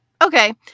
Okay